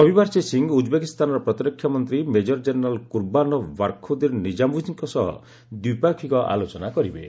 ରବିବାର ଶ୍ରୀ ସିଂହ ଉଜ୍ବେକିସ୍ତାନର ପ୍ରତିରକ୍ଷା ମନ୍ତ୍ରୀ ମେଜର ଜେନେରାଲ୍ କୁର୍ବାନଭ୍ ବାର୍ଖୋଦିର୍ ନିଜାମୁଭିଜ୍ଙ୍କ ସହ ଦ୍ୱିପାକ୍ଷିକ ଆଲୋଚନା କରିବେ